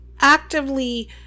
actively